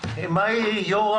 יו"ר